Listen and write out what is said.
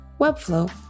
Webflow